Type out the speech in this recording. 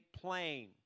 plain